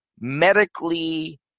medically